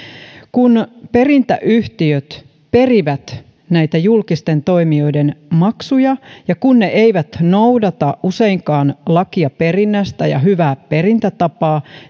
kun perintäyhtiöt perivät näitä julkisten toimijoiden maksuja ja kun ne eivät noudata useinkaan lakia saatavien perinnästä ja hyvää perintätapaa